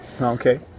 Okay